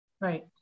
Right